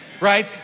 Right